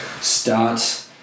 start